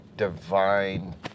divine